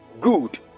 Good